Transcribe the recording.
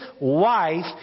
wife